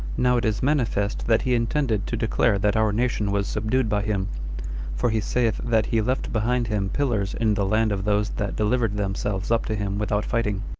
now it is manifest that he intended to declare that our nation was subdued by him for he saith that he left behind him pillars in the land of those that delivered themselves up to him without fighting,